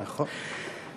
נכון.